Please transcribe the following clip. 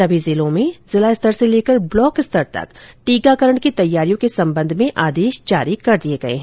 सभी जिलों में जिला स्तर से लेकर ब्लॉक स्तर तक टीकाकरण की तैयारियों के संबंध में आदेश जारी किये गये है